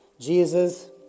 Jesus